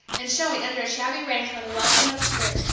and showing, under a shabby raincoat and well pinned-up skirt,